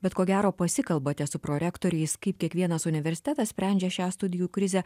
bet ko gero pasikalbate su prorektoriais kaip kiekvienas universitetas sprendžia šią studijų krizę